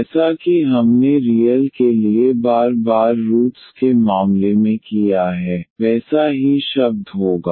जैसा कि हमने रियल के लिए बार बार रूट्स के मामले में किया है वैसा ही शब्द होगा